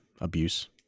Abuse